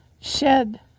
shed